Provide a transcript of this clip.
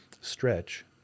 stretch